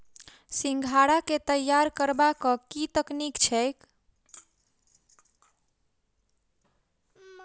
सिंघाड़ा केँ तैयार करबाक की तकनीक छैक?